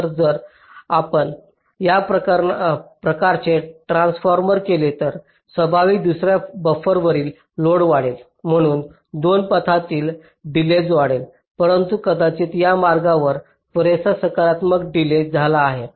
तर जर आपण या प्रकारचे ट्रान्सफॉर्मशन केले तर स्वाभाविकच दुसर्या बफरवरील लोड वाढेल म्हणून 2 पथातील डिलेज वाढेल परंतु कदाचित या मार्गावर पुरेसा सकारात्मक डिलेज झाला आहे